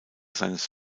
seines